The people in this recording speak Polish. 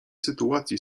sytuacji